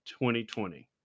2020